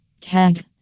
tag